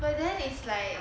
but then is like